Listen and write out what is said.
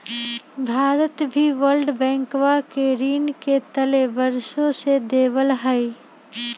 भारत भी वर्ल्ड बैंकवा के ऋण के तले वर्षों से दबल हई